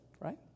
right